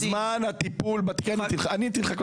עניתי לך,